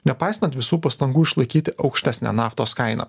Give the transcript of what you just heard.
nepaisant visų pastangų išlaikyti aukštesnę naftos kainą